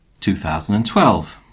2012